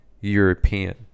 European